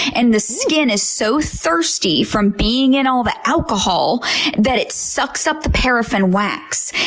and the skin is so thirsty from being in all the alcohol that it sucks up the paraffin wax,